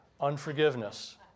Unforgiveness